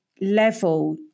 level